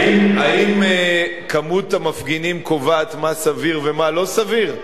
האם כמות המפגינים קובעת מה סביר ומה לא סביר?